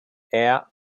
air